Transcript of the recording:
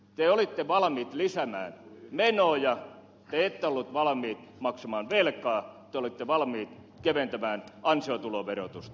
te olitte valmiita lisäämään menoja te ette olleet valmiita maksamaan velkaa te olitte valmiita keventämään ansiotuloverotusta